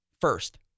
First